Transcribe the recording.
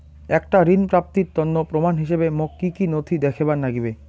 একটা ঋণ প্রাপ্তির তন্ন প্রমাণ হিসাবে মোক কী কী নথি দেখেবার নাগিবে?